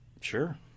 Sure